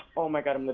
oh my god, um but